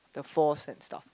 the falls and stuff